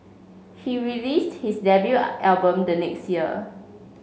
he released his debut album the next year